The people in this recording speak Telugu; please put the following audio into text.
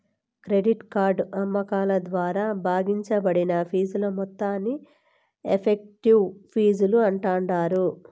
క్రెడిట్ కార్డు అమ్మకాల ద్వారా భాగించబడిన ఫీజుల మొత్తాన్ని ఎఫెక్టివ్ ఫీజులు అంటాండారు